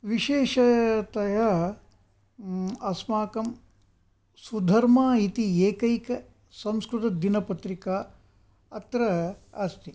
विशेषतया अस्माकं सुधर्मा इति एकैक संस्कृतदिनपत्रिका अत्र अस्ति